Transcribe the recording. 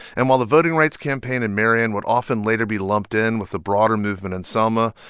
and while the voting rights campaign in marion would often later be lumped in with the broader movement in selma,